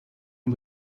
out